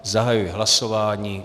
Zahajuji hlasování.